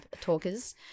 talkers